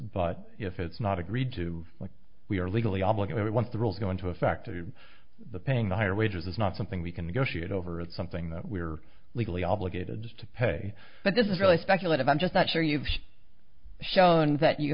but if it's not agreed to like we are legally obligated once the rules go into effect to the paying the higher wages it's not something we can negotiate over it's something that we are legally obligated to pay but this is really speculative i'm just not sure you've shown that you